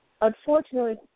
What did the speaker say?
Unfortunately